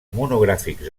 monogràfics